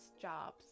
jobs